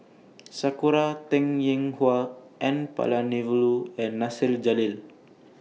Sakura Teng Ying Hua N Palanivelu and Nasir Jalil